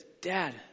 Dad